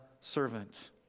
servant